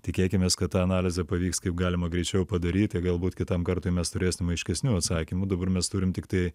tikėkimės kad tą analizę pavyks kaip galima greičiau padaryti galbūt kitam kartui mes turėsim aiškesnių atsakymų dabar mes turim tiktai